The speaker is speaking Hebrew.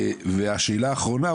והשאלה האחרונה,